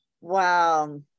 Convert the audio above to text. wow